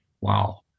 wow